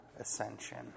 ascension